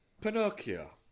Pinocchio